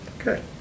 Okay